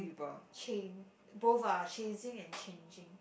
change both ah chasing and changing